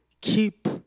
Keep